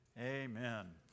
Amen